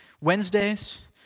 Wednesdays